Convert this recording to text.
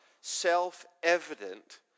self-evident